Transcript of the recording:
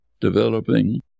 developing